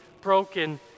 broken